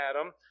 Adam